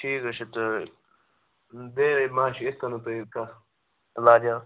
ٹھیٖکھ حظ چھُ تہٕ بیٚیہِ ما چھُ یِتھٕ کٕنٮ۪تھ تۅہہِ کانٛہہ عٮٮ۪لاجا